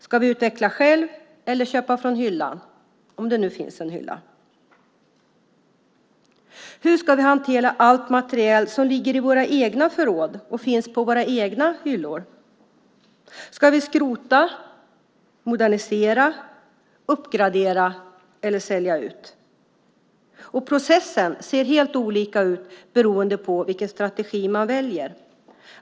Ska vi utveckla själva eller köpa från hyllan - om det nu finns en hylla? Hur ska vi hantera all materiel som ligger i våra egna förråd och finns på våra egna hyllor? Ska vi skrota, modernisera, uppgradera eller sälja ut? Processen ser helt olika ut beroende på vilken strategi man väljer.